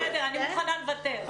בסדר, אני מוכנה לוותר.